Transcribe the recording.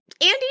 Andy